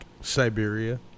Siberia